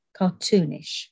cartoonish